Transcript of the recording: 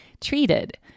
treated